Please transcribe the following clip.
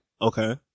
Okay